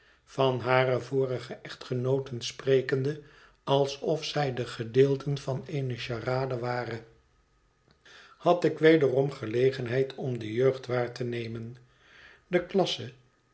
van hare vorige echtgenooten sprekende alsof zij de gedeelten van eene charade waren had ik wederom gelegenheid om de jeugd waar te nemen de klasse